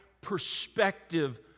perspective